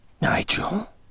Nigel